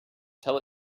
tell